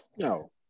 No